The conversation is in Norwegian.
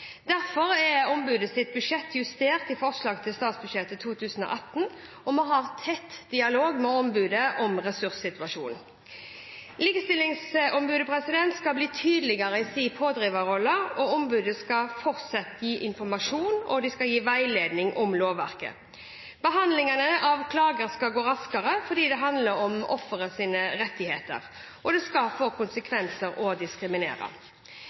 Derfor er ombudets budsjett justert i forslaget til statsbudsjett for 2018, og vi har tett dialog med ombudet om ressurssituasjonen. Likestillingsombudet skal bli tydeligere i sin pådriverrolle, og ombudet skal fortsatt gi informasjon og veiledning om lovverket. Behandlingen av klager skal gå raskere fordi det handler om offerets rettigheter, og det skal få konsekvenser å diskriminere.